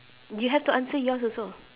you have to answer yours also